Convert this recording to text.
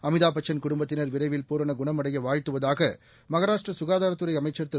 அரது குடும்பத்தினர் விரைவில் பூரண குணம் அடைய வாழ்த்துவதாக மகாராஷ்டிர சுகாதாரத் துறை அமைச்சர் திரு